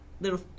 little